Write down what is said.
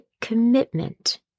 commitment